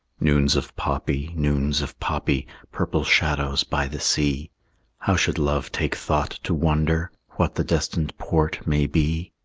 noons of poppy, noons of poppy, purple shadows by the sea how should love take thought to wonder what the destined port may be?